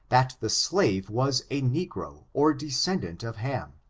that the slave was a negro, or descendant of ham.